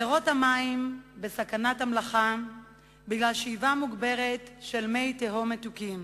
בארות המים בסכנת המלחה בגלל שאיבה מוגברת של מי תהום מתוקים.